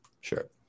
sure